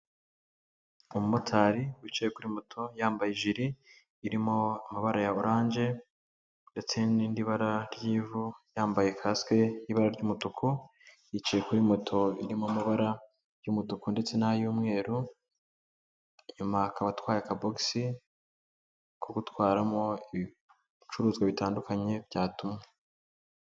Umumotari wicaye kuri moto yambaye ijire irimo amabara ya oranje ndetse n'irindi bara ry'ivu, yambaye kasike y'ibara ry'umutuku, yicaye kuri moto irimo amabara y'umutuku ndetse n'ay'umweru, inyuma akaba atwaye akabosi kugutwaramo ibicuruzwa bitandukanye byatumwe.